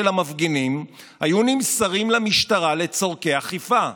המפגינים היו נמסרים למשטרה לצורכי אכיפה,